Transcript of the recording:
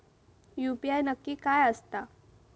UPI नक्की काय आसता?